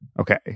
Okay